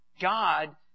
God